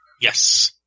Yes